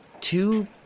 two